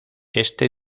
este